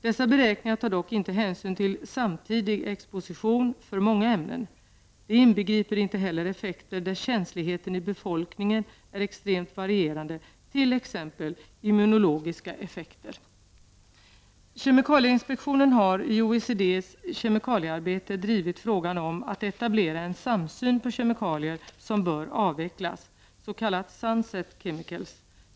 Dessa beräkningar tar dock inte hänsyn till samtidig exposition för många ämnen. De inbegriper inte heller effekter där känsligheten i befolkningen är extremt varierande, t.ex. immunologiska effekter. Kemikalieinspektionen har i OECDs kemikaliearbete drivit frågan om att etablera en samsyn på kemikalier som bör avvecklas, s.k. sunset chemicals.